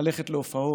ללכת להופעות,